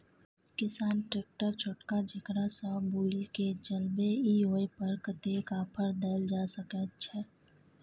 किसान ट्रैक्टर छोटका जेकरा सौ बुईल के चलबे इ ओय पर कतेक ऑफर दैल जा सकेत छै?